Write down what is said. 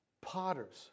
potters